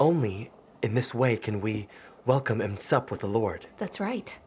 only in this way can we welcome in sup with the lord that's right